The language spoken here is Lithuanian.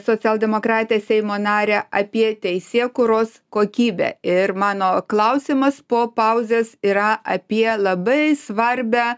socialdemokratę seimo narę apie teisėkūros kokybę ir mano klausimas po pauzės yra apie labai svarbią